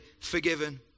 forgiven